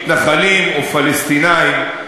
מתנחלים או פלסטינים,